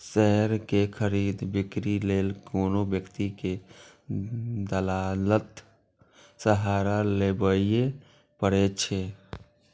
share के खरीद, बिक्री लेल कोनो व्यक्ति कें दलालक सहारा लेबैए पड़ै छै